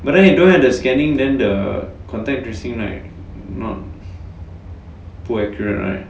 but then you don't have the scanning then the contact tracing right not 不会 accurate right